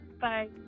bye